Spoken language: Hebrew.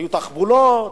היו תחבולות,